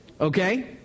Okay